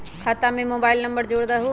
खाता में mobile number जोड़ दहु?